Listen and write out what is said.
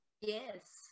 Yes